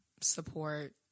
support